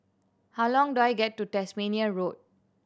how long do I get to Tasmania Road